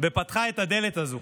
ופתחה את הדלת הזו,